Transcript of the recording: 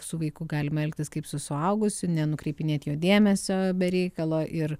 su vaiku galima elgtis kaip su suaugusiu nenukreipinėt jo dėmesio be reikalo ir